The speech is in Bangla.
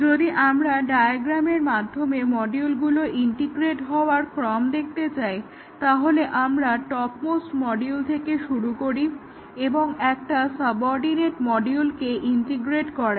যদি আমরা ডায়াগ্রামের মাধ্যমে মডিউলগুলোর ইন্টিগ্রেট হওয়ার ক্রম দেখতে চাই তাহলে আমরা টপ মোস্ট মডিউল থেকে শুরু করি এবং একটা সাবঅর্ডিনেট মডিউলকে ইন্টিগ্রেট করাই